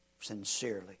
sincerely